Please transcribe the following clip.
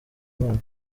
imana